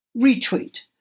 retweet